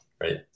right